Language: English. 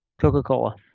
Coca-Cola